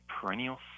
perennial